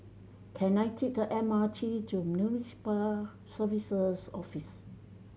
can I take the M R T to Municipal Services Office